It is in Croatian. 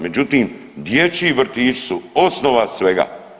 Međutim, dječji vrtići su osnova svega.